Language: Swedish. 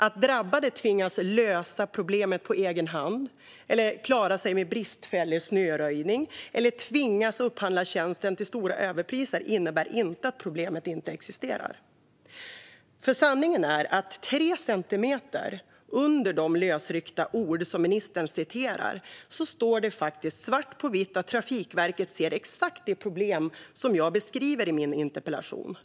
Att drabbade tvingas lösa problemet på egen hand eller klara sig med bristfällig snöröjning eller tvingas upphandla tjänsten till stora överpriser innebär inte att problemet inte existerar. Sanningen är att tre centimeter under de lösryckta ord som ministern citerade står det svart på vitt att Trafikverket ser exakt det problem som jag beskriver i min interpellation.